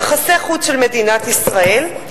יחסי החוץ של מדינת ישראל,